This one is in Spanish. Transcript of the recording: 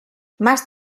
más